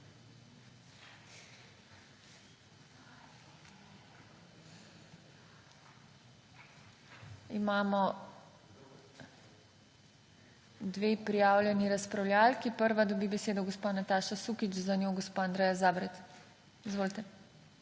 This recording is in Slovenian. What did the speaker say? Imamo dve prijavljeni razpravljavki, prva dobi besedo gospa Nataša Sukič, za njo gospa Andreja Zabret. Izvolite.